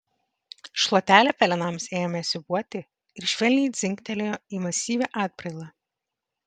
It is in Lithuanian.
šluotelė pelenams ėmė siūbuoti ir švelniai dzingtelėjo į masyvią atbrailą